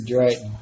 right